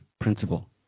principle